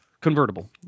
convertible